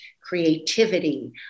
creativity